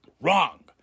Wrong